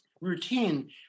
routine